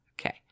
Okay